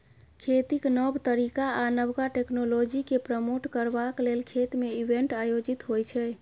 खेतीक नब तरीका आ नबका टेक्नोलॉजीकेँ प्रमोट करबाक लेल खेत मे इवेंट आयोजित होइ छै